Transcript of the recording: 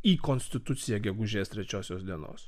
į konstituciją gegužės trečiosios dienos